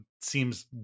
seems